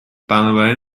بنابراین